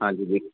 ਹਾਂਜੀ ਜੀ